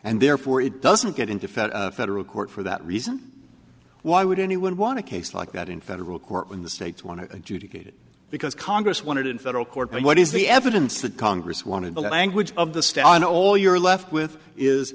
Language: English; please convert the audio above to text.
and therefore it doesn't get into fed federal court for that reason why would anyone want a case like that in federal court when the states want to adjudicate it because congress wanted in federal court but what is the evidence that congress wanted the language of the state and all you're left